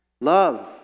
love